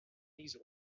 these